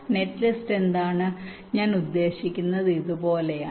net list എന്താണ് ഞാൻ ഉദ്ദേശിക്കുന്നത് ഇതുപോലെയാണ്